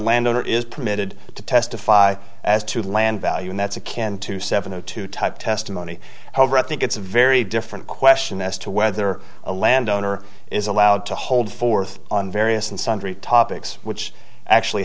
landowner is permitted to testify as to land value and that's a can two seven o two type testimony however i think it's a very different question as to whether a landowner is allowed to hold forth on various and sundry topics which actually